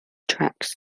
tracks